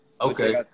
Okay